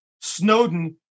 Snowden